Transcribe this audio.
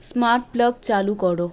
smart plug চালু করো